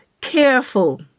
careful